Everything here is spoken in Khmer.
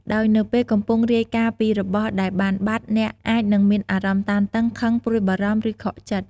ដោយនៅពេលកំពុងរាយការណ៍ពីរបស់ដែលបានបាត់ អ្នកអាចនឹងមានអារម្មណ៍តានតឹង ខឹង ព្រួយបារម្ភ ឬខកចិត្ត។